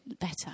better